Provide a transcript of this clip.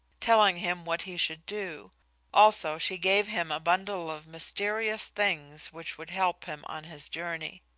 telling him what he should do also she gave him a bundle of mysterious things which would help him on his journey.